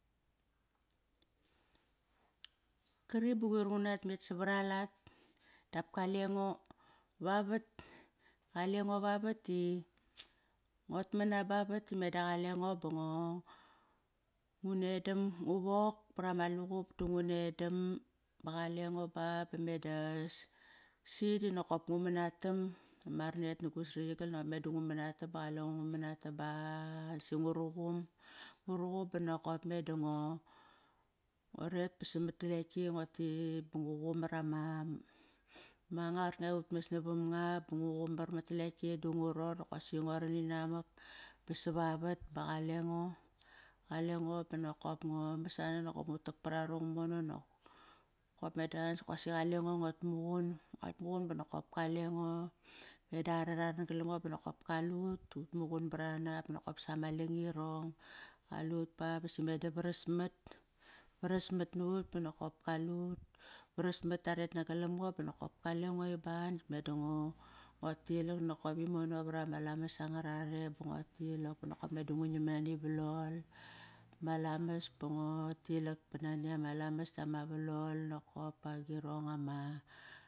Kari ba qoir ngunat met savar alat dap kalengo vavat. Qalengo vavat di ngot manam ba vat dime da qalengo bongo ngunedam, ngu wok par ama luqup, ngu nedam ba qalengo ba, ba meda si di nokop ngu manatam. Ma ranet na gu srakt igal nop meda ngu manatam ba qalengo ngu manatam ba si ngu ruqum. Ngu ruqum ba nokop meda ngo, ngoret ba samat letki ba ngu qumar ama anga qarkanga utmas navam nga ba ngu qumar mat lekti du ngu ror nokosi ngua ran inamak ba sa vavat ba qalengo. Qalengo ban nokop ngo masana nokop ngu tak par arong damono. Qop meda si qalengo nguat muqun. Nguat muqun ba nokop kalengo, meda are ra ran galam ngo ba nokop kalut. Utmugun barana ba nokop sama langirong, qalut ba basi meda varas mat. Paras mat nut ba nokop kalut. Varasmat, taret nagalam ngo ba nokop kaleng i ba nakt me da ngo, ngo tilak nokop imono vara ma lamas anga rarem ba nguat tilak. Ba nokop meda ngu ngiam nani valol, ma lamas ba ngo tilak ba nani ama lamas dama valol nokop agirong ama